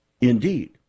indeed